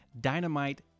Dynamite